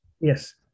Yes